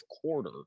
quarter